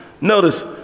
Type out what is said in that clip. Notice